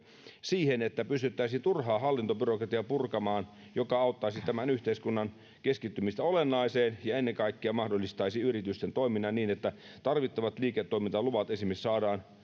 siihen että pystyttäisiin turhaa hallintobyrokratiaa purkamaan mikä auttaisi tämän yhteiskunnan keskittymistä olennaiseen ja ennen kaikkea mahdollistaisi yritysten toiminnan niin että esimerkiksi tarvittavat liiketoimintaluvat ja